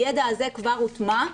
הידע הזה כבר הוטמע,